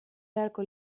beharko